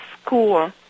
school